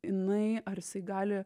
jinai ar jisai gali